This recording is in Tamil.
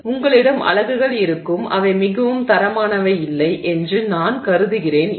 எனவே உங்களிடம் அலகுகள் இருக்கும் அவை மிகவும் தரமானவை இல்லை என்று நான் கருதுகிறேன்